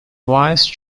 vice